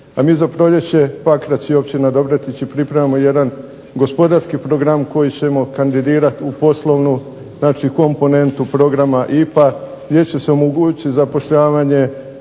A mi za proljeće Pakrac i općina Dobretić pripremamo jedan gospodarski program koji ćemo kandidirati u poslovnu, znači komponentu programa IPA gdje će se omogućiti zapošljavanje,